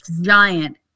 giant